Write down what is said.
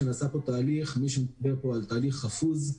מי שדיבר פה על תהליך חפוז,